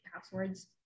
passwords